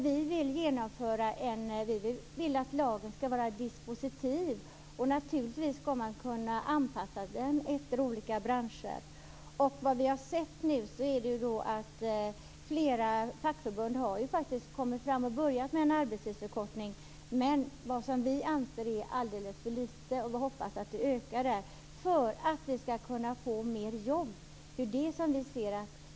Vi vill att lagen skall vara dispositiv, och naturligtvis skall man kunna anpassa den efter olika branscher. Vad vi har sett nu är att flera fackförbund faktiskt har börjat med en arbetstidsförkortning, men vi anser att det är alldeles för lite. Vi hoppas att det ökar för att vi skall kunna få mer jobb. Det är det som vi ser.